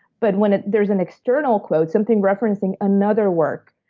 but when there's an external quote, something referencing another work,